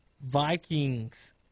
Vikings